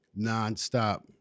nonstop